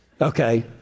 okay